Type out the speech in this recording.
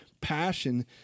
passion